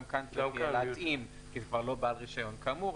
גם כאן צריך יהיה להתאים כי כבר לא בעל רישיון כאמור,